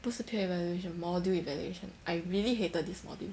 不是 peer evaluation module evaluation I really hated this module